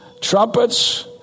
trumpets